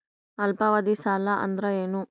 ಅಲ್ಪಾವಧಿ ಸಾಲ ಅಂದ್ರ ಏನು?